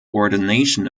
ordination